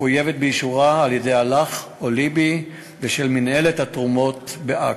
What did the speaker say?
מחויבת באישורה על-ידי אל"ח או לב"י ושל מינהלת התרומות באכ"א.